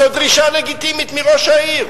זאת דרישה לגיטימית מראש העיר.